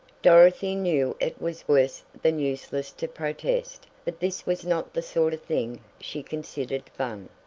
dorothy knew it was worse than useless to protest, but this was not the sort of thing she considered fun.